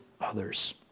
others